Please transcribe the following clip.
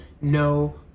no